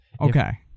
Okay